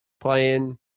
playing